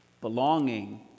belonging